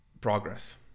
progress